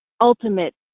ultimate